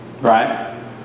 right